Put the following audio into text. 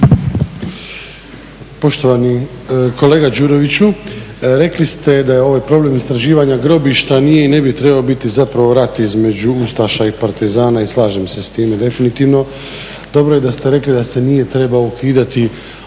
Poštovani kolega Đuroviću rekli ste da je ovaj problem istraživanja grobišta nije i ne bi trebao biti rat između ustaša i partizana i slažem se s time definitivno. Dobro je da ste rekli da se nije trebao ukidati ovaj